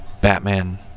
Batman